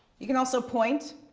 you can also point,